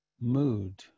mood